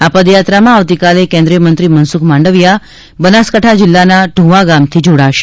આ પદયાત્રામાં આવતીકાલે કેન્દ્રીય મંત્રી મનસુખ માંડવીય બનાસકાંઠા જિલ્લાના યુવા ગામથી જોડાશે